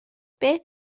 beth